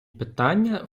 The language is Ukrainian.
питання